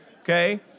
Okay